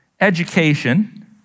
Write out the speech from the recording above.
education